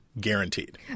guaranteed